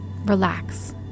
relax